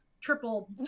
triple